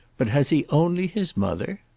but has he only his mother?